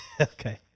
Okay